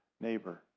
neighbor